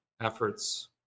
efforts